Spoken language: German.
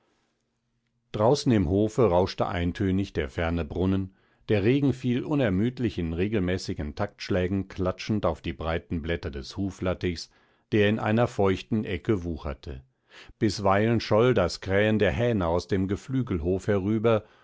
draußen im hofe rauschte eintönig der ferne brunnen der regen fiel unermüdlich in regelmäßigen taktschlägen klatschend auf die breiten blätter des huflattichs der in einer feuchten ecke wucherte bisweilen scholl das krähen der hähne aus dem geflügelhof herüber